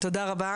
תודה רבה.